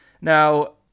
Now